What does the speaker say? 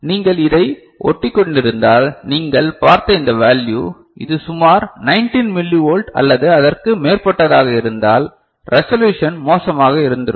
நீங்கள் இதை ஒட்டிக்கொண்டிருந்தால் நீங்கள் பார்த்த இந்த வேல்யு இது சுமார் 19 மில்லிவோல்ட் அல்லது அதற்கு மேற்பட்டதாக இருந்தால் ரேசொளுஷன் மோசமாக இருந்திருக்கும்